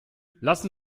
lassen